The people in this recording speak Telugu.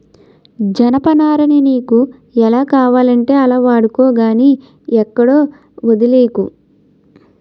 జనపనారని నీకు ఎలా కావాలంటే అలా వాడుకో గానీ ఎక్కడా వొదిలీకు